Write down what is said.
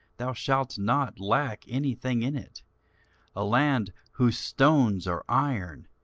thou shalt not lack any thing in it a land whose stones are iron,